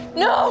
no